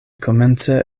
komence